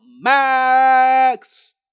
Max